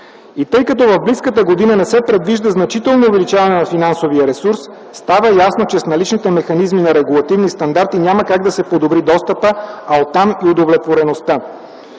И тъй като в близката година не се предвижда значително увеличаване на финансовия ресурс, става ясно, че с наличните механизми на регулативни стандарти няма как да се подобри достъпът, а оттам и удовлетвореността.